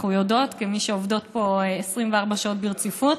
אנחנו יודעות, כמי שעובדות פה 24 שעות ברציפות,